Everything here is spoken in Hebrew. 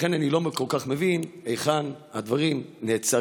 ולכן אני לא כל כך מבין היכן הדברים נעצרים